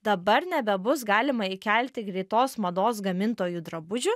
dabar nebebus galima įkelti greitos mados gamintojų drabužių